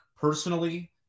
personally